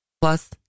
plus